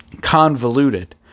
convoluted